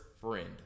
friend